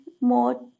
more